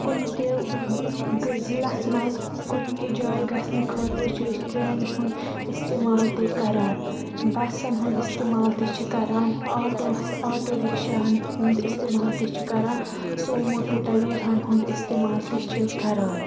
کُنہِ تہِ ضِلعس منٛز کُنہِ تہِ جایہِ گَژھنہٕ خٲطرٕ چھِ أسۍ ٹرٛینہِ ہُنٛد اِستعمال تہِ کَران بَسن ہُنٛد اِستعمال تہِ چھِ کَران آٹوٗوَس آٹوٗ رِکشاہَن ہُنٛد اِستعمال تہِ چھِ کَران سومو تہٕ تَویراہن ہُنٛد اِستعمال تہِ چھِ کَران